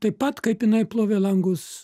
taip pat kaip jinai plovė langus